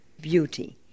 beauty